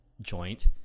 joint